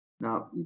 Now